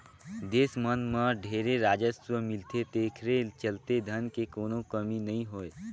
देस मन मं ढेरे राजस्व मिलथे तेखरे चलते धन के कोनो कमी नइ होय